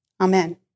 Amen